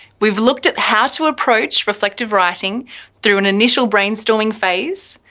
we've looked at how to approach reflective writing through an initial brainstorming phase.